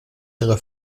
ihre